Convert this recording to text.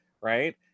right